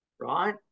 Right